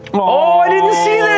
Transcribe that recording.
oh, i didn't see